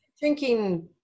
Drinking